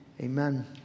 amen